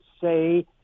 say